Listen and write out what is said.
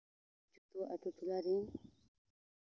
ᱡᱚᱛᱚ ᱟᱹᱛᱩ ᱴᱚᱞᱟ ᱨᱮᱱ